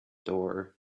door